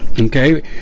Okay